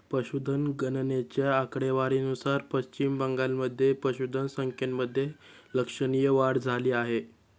पशुधन गणनेच्या आकडेवारीनुसार पश्चिम बंगालमध्ये पशुधन संख्येमध्ये लक्षणीय वाढ झाली आहे